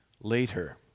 later